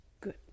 Good